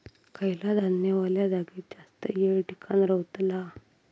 खयला धान्य वल्या जागेत जास्त येळ टिकान रवतला?